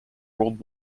world